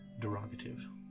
derogative